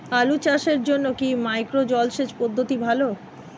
আলু চাষের জন্য কি মাইক্রো জলসেচ পদ্ধতি ভালো?